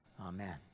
Amen